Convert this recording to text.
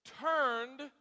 turned